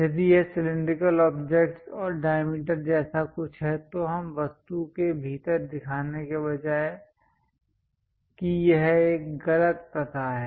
यदि यह cylindrical objects और डायमीटर जैसा कुछ है तो हम वस्तु के भीतर दिखाने के बजाय कि यह एक गलत प्रथा है